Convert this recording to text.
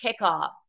kickoff